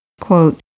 quote